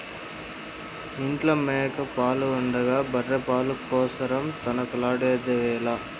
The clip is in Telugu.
ఇంట్ల మేక పాలు ఉండగా బర్రె పాల కోసరం తనకలాడెదవేల